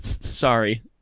sorry